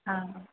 ആ